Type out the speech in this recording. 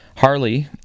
Harley